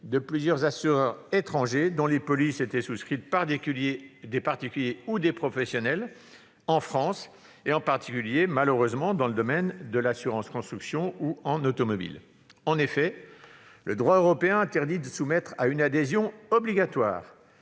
de plusieurs assureurs étrangers dont les polices étaient souscrites par des particuliers ou des professionnels en France, notamment- hélas ! -dans le domaine de l'assurance construction ou en automobile. En effet, le droit européen interdit de soumettre à une adhésion obligatoire